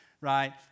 right